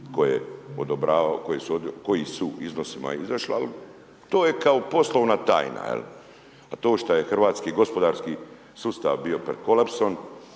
kojim su iznosima izašli ali to je kao poslovna tajna, jel', a to je što je hrvatski gospodarski sustav bio pred kolapsom,